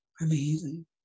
amazing